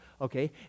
okay